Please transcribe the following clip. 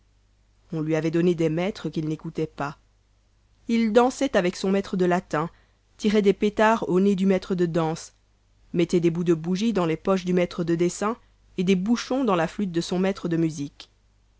on lui avait donné des maîtres qu'il n'écoutait pas il dansait avec son maître de latin tirait des pétards au nez du maître de danse mettait des bouts de bougie dans les poches du maître de dessin et des bouchons dans la flûte de son maître de musique